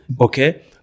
Okay